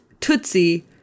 Tootsie